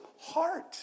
heart